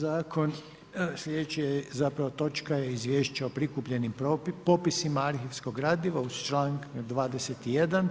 zakon, slijedeća zapravo točka je: - Izvješće o prikupljenim popisima arhivskog gradiva iz članka 21.,